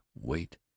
wait